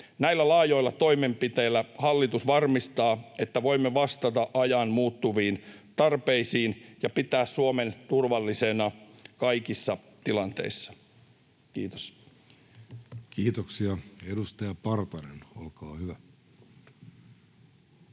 Näillä laajoilla toimenpiteillä hallitus varmistaa, että voimme vastata ajan muuttuviin tarpeisiin ja pitää Suomen turvallisena kaikissa tilanteissa. — Kiitos. [Speech 262] Speaker: